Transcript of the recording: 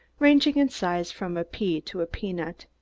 ranging in size from a pea to a peanut.